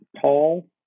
Paul